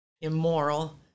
immoral